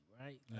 right